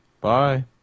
Bye